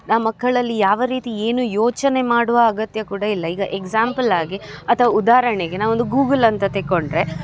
ನಾವು ಮಕ್ಕಳಲ್ಲಿ ಯಾವ ರೀತಿ ಏನು ಯೋಚನೆ ಮಾಡುವ ಅಗತ್ಯ ಕೂಡ ಇಲ್ಲ ಈಗ ಎಕ್ಸಾಂಪಲ್ಲಾಗಿ ಅಥವಾ ಉದಾರಣೆಗೆ ನಾವೊಂದು ಗೂಗಲ್ ಅಂತ ತೆಗೊಂಡ್ರೆ